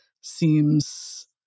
seems